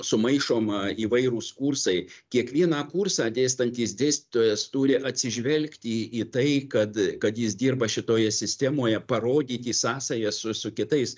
sumaišoma įvairūs kursai kiekvieną kursą dėstantys dėstytojas turi atsižvelgti į tai kad kad jis dirba šitoje sistemoje parodyti sąsajas su su kitais